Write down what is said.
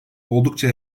oldukça